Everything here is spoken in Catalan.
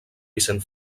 vicent